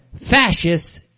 fascists